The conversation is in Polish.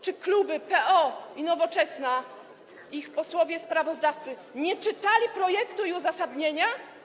Czy kluby PO i Nowoczesna, ich posłowie sprawozdający nie czytali projektu i uzasadnienia?